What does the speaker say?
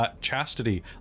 Chastity